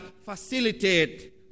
facilitate